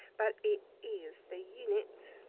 but it is the unit